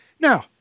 now